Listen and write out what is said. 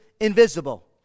invisible